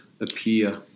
appear